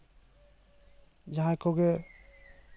ᱡᱟᱦᱟᱸᱭ ᱠᱚᱜᱮ